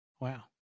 wow